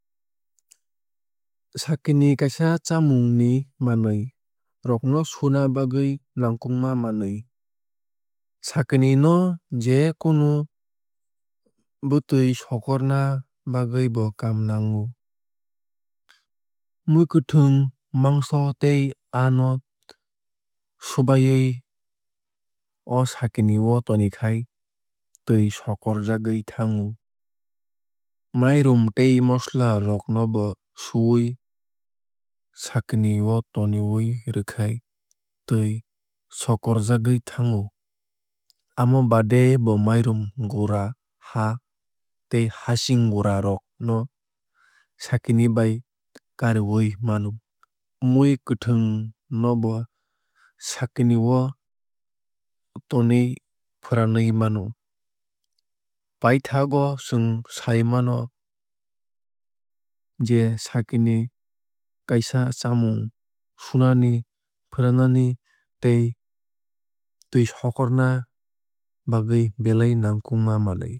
Sakini kaisa chamung ni manwui rok no suna bagwui nangkukma manwui. Sakini no je kunu bwtwui sokorna bagwui bo kaam o nago. Mwkhwtwng mangso tei aa no subawui o sakini o tonikhai twui sokorjagwui thango. Mairum tei mosola rok no bo suwui sakini o tonwui rwkhai twui sokorjagwui thango. Amo baade bo mairum gura ha tei hacching gura rok no sakini bai kariwui mano. Mui kwthwng no bo sakini o tonui fwranwui mano. Paithago chwng sai mano je sakini kaisa chamung sunani fwranani tei twui sokorna bagwui belai nangkukma manwui.